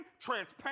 transparent